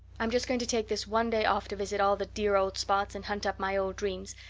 i'm just going to take this one day off to visit all the dear old spots and hunt up my old dreams,